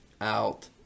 out